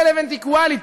relevant equality,